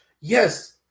yes